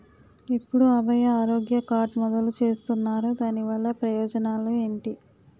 ఎప్పుడు అభయ ఆరోగ్య కార్డ్ మొదలు చేస్తున్నారు? దాని వల్ల ప్రయోజనాలు ఎంటి?